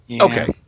Okay